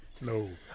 No